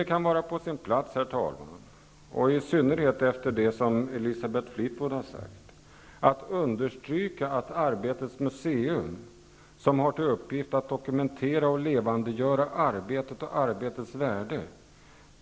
Det kan var på sin plats, i synnerhet efter det Elisabeth Fleetwood har sagt, att understyrka att Arbetets museum är ett museum som har till uppgift att dokumentera och levandegöra arbetet och arbetets värde.